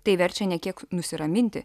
tai verčia ne kiek nusiraminti